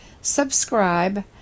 subscribe